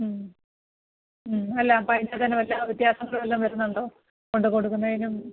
അല്ല അപ്പമതിന് തന്നെ വല്ല വ്യത്യാസങ്ങൾ വല്ലതും വരുന്നുണ്ടോ കൊണ്ട് കൊടുക്കുന്നതിനും